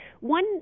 One